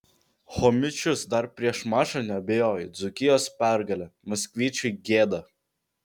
chomičius dar prieš mačą neabejojo dzūkijos pergale maksvyčiui gėda